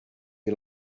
you